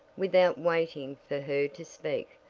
without waiting for her to speak,